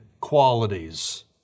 qualities